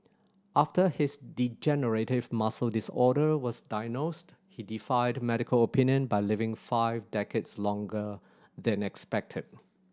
after his degenerative muscle disorder was diagnosed he defied medical opinion by living five decades longer than expected